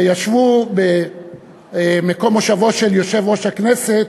וישבו במקום מושבו של יושב-ראש הכנסת,